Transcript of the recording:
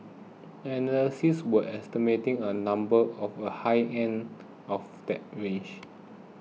analysts were estimating a number of the high end of that range